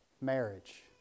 Marriage